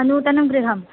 नूतनं गृहम्